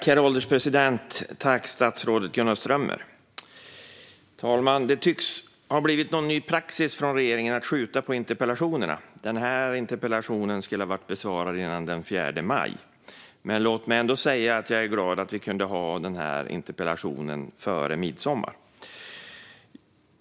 Herr ålderspresident! Tack, statsrådet Gunnar Strömmer, för svaret! Det tycks ha blivit en ny praxis från regeringen att skjuta på interpellationssvaren. Den här interpellationen skulle ha varit besvarad redan den 4 maj. Låt mig ändå säga att jag är glad att vi kunde ha interpellationsdebatten före midsommar.